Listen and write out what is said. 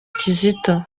kizito